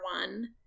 one